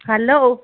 hello